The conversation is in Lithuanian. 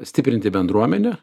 stiprinti bendruomenę